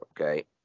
okay